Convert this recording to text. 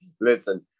listen